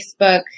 Facebook